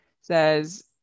says